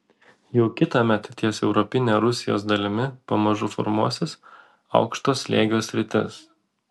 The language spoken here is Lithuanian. jau kitąmet ties europine rusijos dalimi pamažu formuosis aukšto slėgio sritis